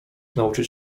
nauczyć